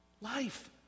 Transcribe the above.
Life